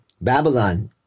Babylon